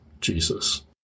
Jesus